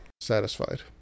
satisfied